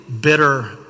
bitter